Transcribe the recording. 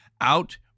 out